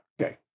Okay